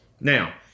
Now